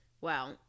Wow